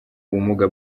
ubumuga